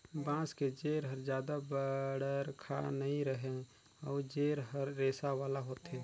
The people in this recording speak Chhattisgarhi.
बांस के जेर हर जादा बड़रखा नइ रहें अउ जेर हर रेसा वाला होथे